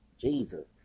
jesus